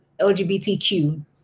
LGBTQ